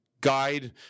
guide